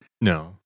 No